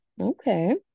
okay